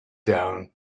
down